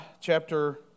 chapter